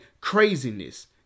craziness